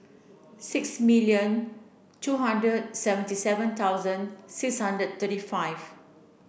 six million two hundred seventy seven thousand six hundred thirty five